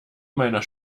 meiner